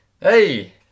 Hey